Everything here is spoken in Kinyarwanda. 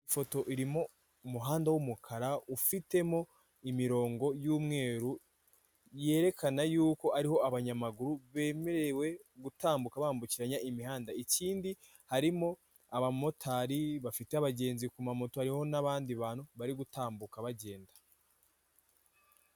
Ifoto irimo umuhanda w'umukara ufitemo imirongo y'umweru yerekana ko ariho abanyamaguru bemerewe gutambuka bambukiranya imihanda. Ikindi harimo abamotari bafite abagenzi ku mamoto n'abandi bantu bari gutambuka bagenda.